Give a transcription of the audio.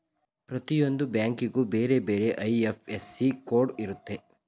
ಪ್ರತಿಯೊಂದು ಬ್ಯಾಂಕಿಗೂ ಬೇರೆ ಬೇರೆ ಐ.ಎಫ್.ಎಸ್.ಸಿ ಕೋಡ್ ಇರುತ್ತೆ